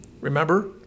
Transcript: Remember